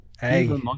Hey